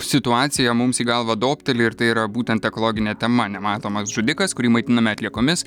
situaciją mums į galvą topteli ir tai yra būtent ekologinė tema nematomas žudikas kurį maitiname atliekomis